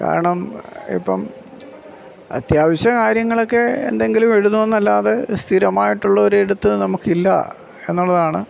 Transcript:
കാരണം ഇപ്പം അത്യാവശ്യ കാര്യങ്ങളൊക്കെ എന്തെങ്കിലും എഴുതും എന്നല്ലാതെ സ്ഥിരമായിട്ടുള്ളൊരു എഴുത്ത് നമുക്ക് ഇല്ല എന്നുള്ളതാണ്